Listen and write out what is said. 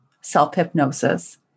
self-hypnosis